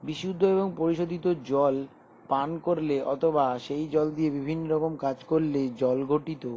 বিশুদ্ধ এবং পরিশোধিত জল পান করলে অথবা সেই জল দিয়ে বিভিন্ন রকম কাজ করলে জল ঘটিত